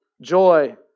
joy